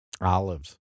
Olives